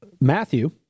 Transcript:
Matthew